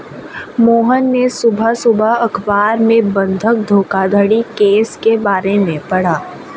मोहन ने सुबह सुबह अखबार में बंधक धोखाधड़ी केस के बारे में पढ़ा